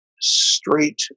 straight